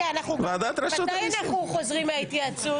תתביישו לכם.